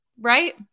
Right